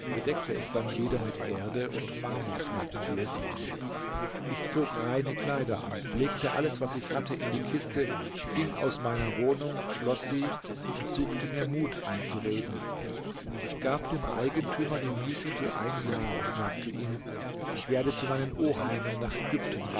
bedeckte es dann wieder mit erde und marmorplatten wie es war ich zog reine kleider an legte alles was ich hatte in die kiste ging aus meiner wohnung schloß sie und suchte mir mut einzureden ich gab dem eigentümer die miete für ein jahr und sagte ihm ich werde zu meinen oheimen nach ägypten